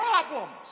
problems